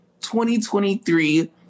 2023